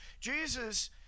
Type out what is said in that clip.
Jesus